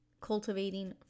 cultivating